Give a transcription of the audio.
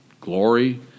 glory